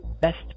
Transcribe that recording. best